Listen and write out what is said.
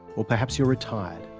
or perhaps you're retired,